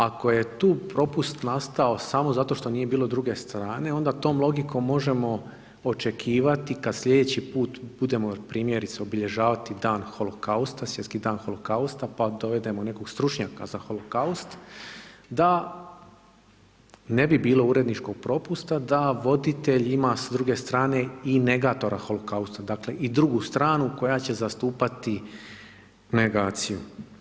Ako je tu propust nastao samo zato što nije bilo druge strane onda tom logikom možemo očekivati kad slijedeći put budemo primjerice obilježavati dan holokausta, Svjetski dan holokausta, pa dovedemo nekog stručnjaka za holokaust da ne bi bilo uredničkog propusta da voditelj ima s druge strane i negatora holokausta, dakle i drugu stranu koja će zastupati negaciju.